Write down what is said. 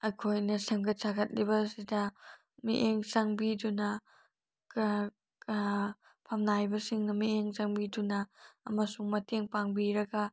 ꯑꯩꯈꯣꯏꯅ ꯁꯦꯝꯒꯠ ꯁꯥꯒꯠꯂꯤꯕ ꯑꯁꯤꯗ ꯃꯤꯠꯌꯦꯡ ꯆꯪꯕꯤꯗꯨꯅ ꯐꯝꯅꯥꯏꯕꯁꯤꯡꯅ ꯃꯤꯠꯌꯦꯡ ꯆꯪꯕꯤꯗꯨꯅ ꯑꯃꯁꯨꯡ ꯃꯇꯦꯡ ꯄꯥꯡꯕꯤꯔꯒ